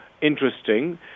interesting